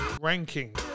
ranking